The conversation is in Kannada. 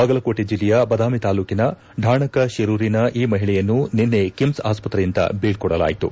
ಬಾಗಲಕೋಟೆ ಜಿಲ್ಲೆಯ ಬದಾಮಿ ತಾಲ್ಲೂಕಿನ ಢಾಣಕ ಶಿರೂರಿನ ಈ ಮಹಿಳೆಯನ್ನು ನಿನ್ನೆ ಕಿಮ್ಸ್ ಆಸ್ತತ್ರೆಯಿಂದ ಬಿಳ್ಕೊಡಲಾಯಿತು